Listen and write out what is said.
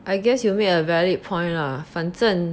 I guess you make a valid point lah 反正